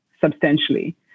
substantially